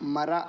ಮರ